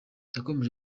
yakomeje